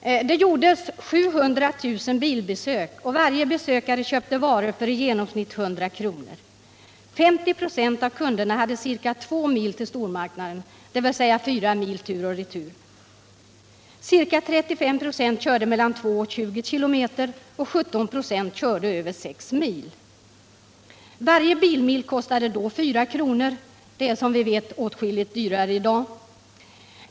Det gjordes 700 000 bilbesök, och varje besökare köpte varor för i genomsnitt 100 kr. 50 96 av kunderna hade ca 2 mil till stormarknaden — dvs. 4 mil tur och retur. Ca 35 96 körde mellan 2 och 20 kilometer, och 17 96 körde över 6 mil. Varje bilmil kostade då 4 kr. Det är, som vi vet, åtskilligt dyrare i dag.